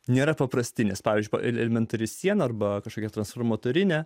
nėra paprasti nes pavyzdžiui elementari siena arba kažkokia transformatorinė